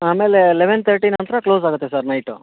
ಆಮೇಲೆ eleven thirty ನಂತರ close ಆಗುತ್ತೆ ಸರ್ ನೈಟು